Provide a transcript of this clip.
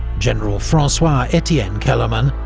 general francois etienne kellermann,